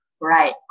Right